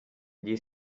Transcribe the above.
gli